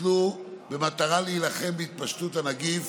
הוטלו במטרה להילחם בהתפשטות הנגיף,